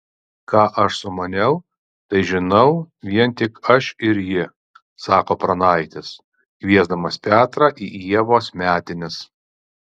ką aš sumaniau tai žinau vien tik aš ir ji sako pranaitis kviesdamas petrą į ievos metines